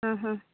ಹಾಂ ಹಾಂ